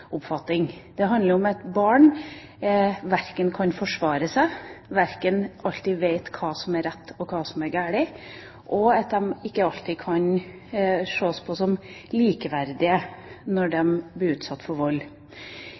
Det handler om at barn ikke kan forsvare seg, ikke alltid vet hva som er rett og hva som er galt, og at de ikke kan ses på som likeverdige når de blir utsatt for vold.